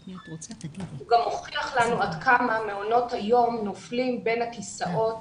הוא גם הוכיח לנו עד כמה מעונות היום נופלים בין הכיסאות